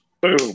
Boom